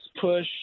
push